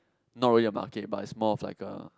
not really a market but is more of like a